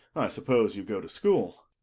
i suppose you go to school.